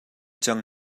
cang